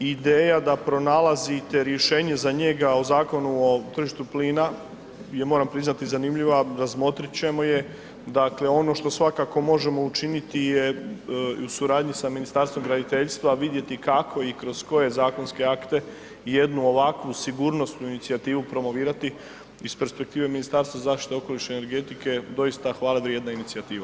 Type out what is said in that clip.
Ideja da pronalazite rješenje za njega u Zakonu o tržištu plina, ja moram priznati zanimljiva, razmotrit ćemo je, dakle ono što svakako možemo učiniti je i u suradnji sa Ministarstvom graditeljstva vidjeti kako i kroz koje zakonske akte jednu ovakvu sigurnosnu inicijativu promovirati iz perspektive Ministarstva zaštite okoliša i energetike doista hvale vrijedna inicijativa.